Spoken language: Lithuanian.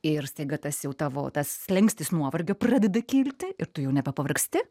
ir staiga tas jau tavo tas slenkstis nuovargio pradeda kilti ir tu jau nebepavargsti